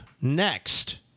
next